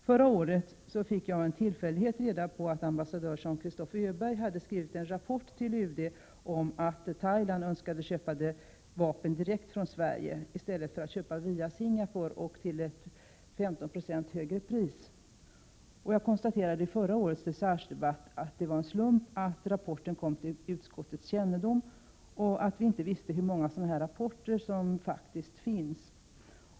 Förra året fick jag av en tillfällighet reda på att ambassadör Jean Christophe Öberg hade skrivit en rapport till UD om att Thailand önskade köpa vapen direkt från Sverige i stället för att köpa via Singapore till 15 26 högre pris. Jag konstaterade i förra årets dechargedebatt att det var en slump att rapporten kom till utskottets kännedom och att vi inte visste hur många sådana rapporter som faktiskt finns.